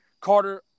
Carter